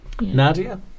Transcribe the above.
Nadia